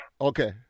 okay